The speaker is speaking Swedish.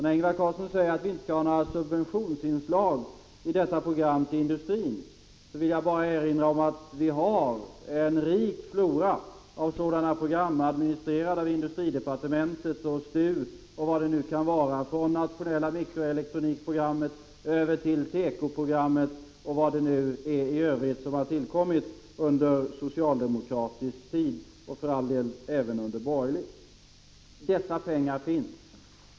När Ingvar Carlsson säger att vi inte skall ha några subventionsinslag till industrin i detta program vill jag bara erinra om att vi har en rik flora av sådana program — administrerade av industridepartementet, STU m.fl. — från det nationella mikroelektronikprogrammet till tekoprogrammet och vad det är i övrigt som har tillkommit under socialdemokratisk och för all del även under borgerlig tid. Dessa pengar finns.